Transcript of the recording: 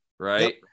Right